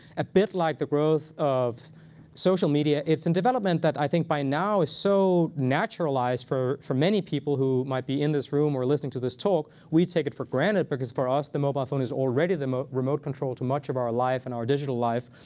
a bit like the growth of social media, it's a and development that i think by now is so naturalized for for many people who might be in this room or listening to this talk, we take it for granted because for us, the mobile phone is already the ah remote control to much of our life and our digital life.